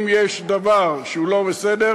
אם יש דבר שהוא לא בסדר,